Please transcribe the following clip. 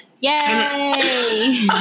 Yay